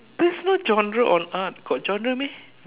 there's no genre on art got genre meh